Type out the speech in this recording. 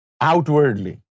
outwardly